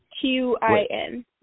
Q-I-N